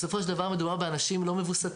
בסופו של דבר מדובר באנשים לא מווסתים,